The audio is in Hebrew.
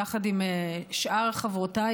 יחד עם שאר חברותיי,